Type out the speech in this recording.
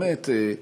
באמת,